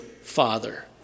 father